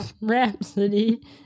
Rhapsody